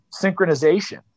synchronization